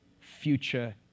future